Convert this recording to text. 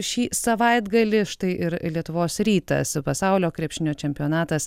šį savaitgalį štai ir lietuvos rytas pasaulio krepšinio čempionatas